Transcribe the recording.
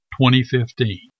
2015